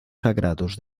sagrados